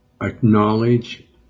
acknowledge